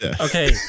Okay